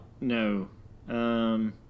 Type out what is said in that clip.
No